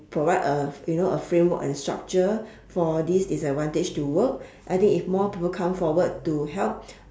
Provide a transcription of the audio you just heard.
provide a you know a framework and structure for these disadvantage to work I think if more people come forward to help